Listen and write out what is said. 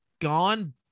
gone